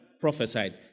prophesied